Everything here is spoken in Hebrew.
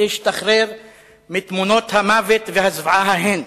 להשתחרר מתמונות המוות והזוועה ההן.